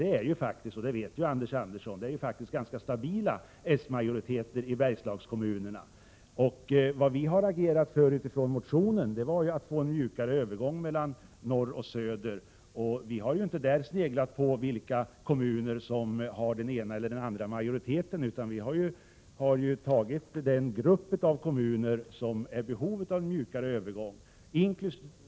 Det är faktiskt — och detta vet Anders Andersson — ganska stabila s-majoriteter i Bergslagskommunerna. Vad vi agerat för, med utgångspunkt i motionen, är en mjukare övergång mellan norr och söder. Vi har inte sneglat på vilka majoriteter det är i den ena eller den andra kommunen, utan vi har tagit hänsyn till den grupp av kommuner som är i behov av en mjukare övergång.